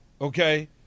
okay